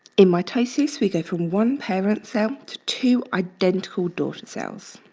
in mitosis, we go from one parent cell to two identical daughter cells.